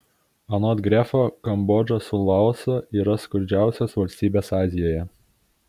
anot grefo kambodža su laosu yra skurdžiausios valstybės azijoje